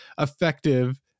effective